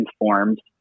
informed